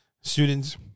students